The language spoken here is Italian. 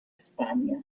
spagna